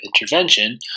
intervention